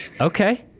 Okay